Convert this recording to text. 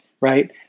right